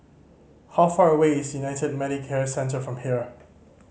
how far away is United Medicare Centre from here